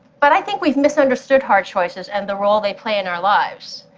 but i think we've misunderstood hard choices and the role they play in our lives.